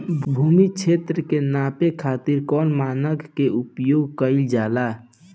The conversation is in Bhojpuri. भूमि क्षेत्र के नापे खातिर कौन मानक के उपयोग कइल जाला?